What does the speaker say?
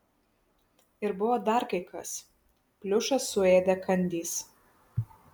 ir buvo dar kai kas pliušą suėdė kandys